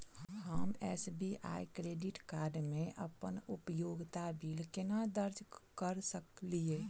हम SBI credit card मे अप्पन उपयोगिता बिल केना दर्ज करऽ सकलिये?